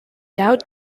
dowd